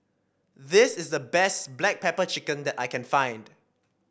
this is the best Black Pepper Chicken that I can find